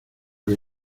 que